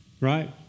right